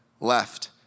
left